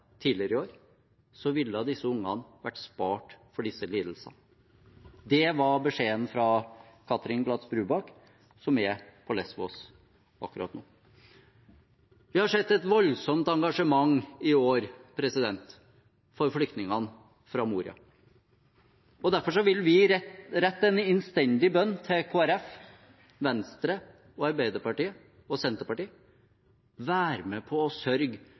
tidligere i år, ville disse ungene vært spart for disse lidelsene. Det var beskjeden fra Katrin Gladz Brubakk, som er på Lésvos akkurat nå. Vi har sett et voldsomt engasjement i år for flyktningene fra Moria. Derfor vil vi rette en innstendig bønn til Kristelig Folkeparti, Venstre, Arbeiderpartiet og Senterpartiet: Vær med på å sørge